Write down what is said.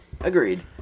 Agreed